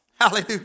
Hallelujah